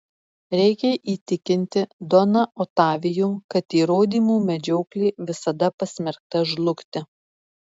reikia įtikinti doną otavijų kad įrodymų medžioklė visada pasmerkta žlugti